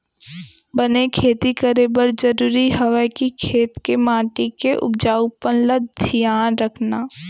बने खेती करे बर जरूरी हवय कि खेत के माटी के उपजाऊपन ल धियान रखना